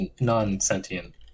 non-sentient